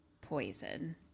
poison